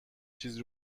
چیزی